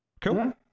cool